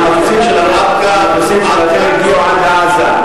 המטוסים שלכם הגיעו עד לזה.